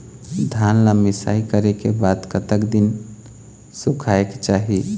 धान ला मिसाई करे के बाद कतक दिन सुखायेक चाही?